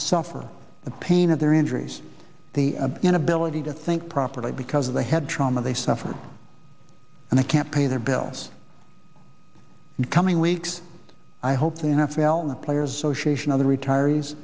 suffer the pain of their injuries the inability to think properly because of the head trauma they suffered and i can't pay their bills in coming weeks i hope the n f l players association other retirees